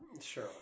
Sure